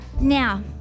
Now